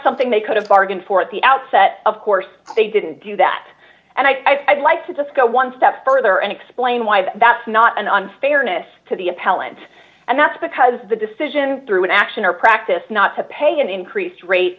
something they could have bargained for at the outset of course they didn't do that and i like to just go one step further and explain why that's not an unfairness to the appellant and that's because the decision through an action or practice not to pay an increased rate